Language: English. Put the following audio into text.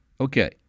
Okay